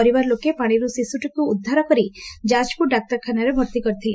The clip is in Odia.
ପରିବାର ଲୋକେ ପାଶିରୁ ଶିଶୁଟିକୁ ଉଦ୍ଧାର କରି ଯାଜପୁର ଡାକ୍ତରଖାନାରେ ଭର୍ତି କରିଥିଲେ